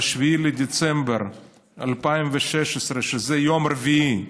ב-7 בדצמבר 2016, זה היה יום רביעי,